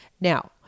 Now